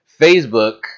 facebook